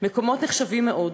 "מקומות נחשבים מאוד,